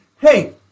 hey